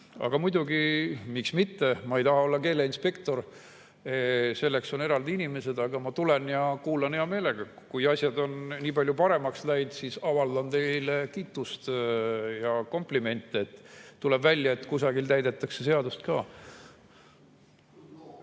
Muidugi, miks mitte, ma ei taha olla keeleinspektor, selleks on eraldi inimesed, aga ma tulen ja kuulan hea meelega. Kui asjad on nii palju paremaks läinud, siis avaldan teile kiitust ja [teen] komplimente. Tuleb välja, et kusagil täidetakse seadust ka.